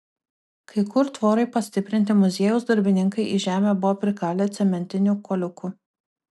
kai kur tvorai pastiprinti muziejaus darbininkai į žemę buvo prikalę cementinių kuoliukų